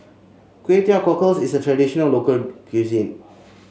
Kway Teow Cockles is a traditional local cuisine